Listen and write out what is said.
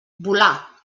volar